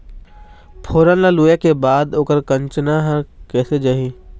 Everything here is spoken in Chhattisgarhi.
फोरन ला लुए के बाद ओकर कंनचा हर कैसे जाही?